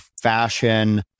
fashion